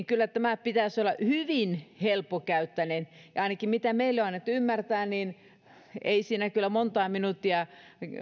kyllä pitäisi olla hyvin helppokäyttöinen ja ainakin mitä meille on annettu ymmärtää niin ei siihen kyllä montaa minuuttia